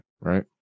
right